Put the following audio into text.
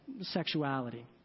sexuality